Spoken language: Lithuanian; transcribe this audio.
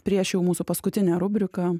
prieš jau mūsų paskutinę rubriką